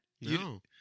No